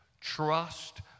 Trust